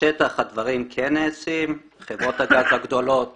בשטח הדברים כן נעשים, חברות הגז הגדולות